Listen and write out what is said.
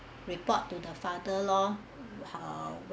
report to the father lor how